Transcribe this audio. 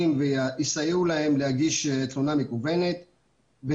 אם העורך דין בזמן כריתת חוזה התכוון מלכתחילה להונות את הלקוח